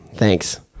Thanks